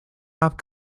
map